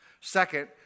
Second